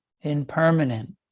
impermanent